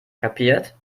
kapiert